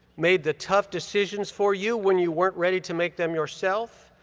made the tough decisions for you when you weren't ready to make them yourself,